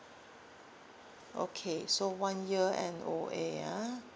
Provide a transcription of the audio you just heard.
okay so one year N_O_A ah